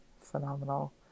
phenomenal